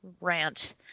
rant